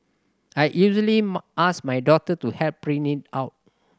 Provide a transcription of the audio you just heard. I usually ask my daughter to help print it out